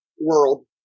world